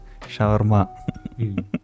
Shawarma